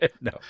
No